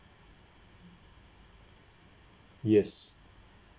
yes